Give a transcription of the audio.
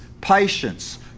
patience